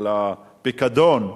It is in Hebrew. של הפיקדון,